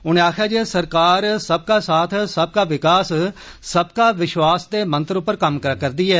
उनें आक्खेया जे सरकार सबका साथ सबका विकास सबका विश्वास दे मंत्र उप्पर कम्म करा रदी ऐ